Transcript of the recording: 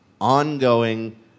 ongoing